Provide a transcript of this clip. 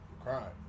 crime